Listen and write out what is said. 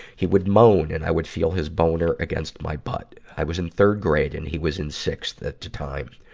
he would moan and i would feel his boner against my butt. i was in third grade and he was in sixth at the time.